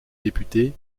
député